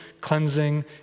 cleansing